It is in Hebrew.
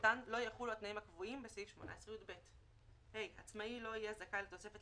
קטן לא יחולו התנאים הקבועים בסעיף 18יב. (ה) עצמאי לא יהיה זכאי לתוספת